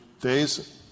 days